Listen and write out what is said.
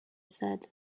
said